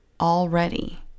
Already